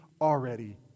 already